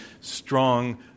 strong